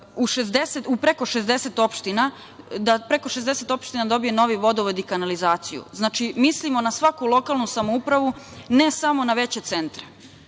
da preko 60 opština dobije novi vodovod i kanalizaciju. Znači, mislimo na svaku lokalnu samoupravu, ne samo na veće